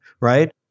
right